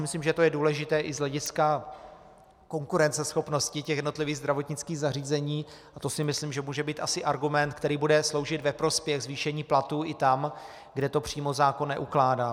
Myslím si, že to je důležité i z hlediska konkurenceschopnosti jednotlivých zdravotnických zařízení, a to si myslím, že může být argument, který bude sloužit ve prospěch zvýšení platů i tam, kde to přímo zákon neukládá.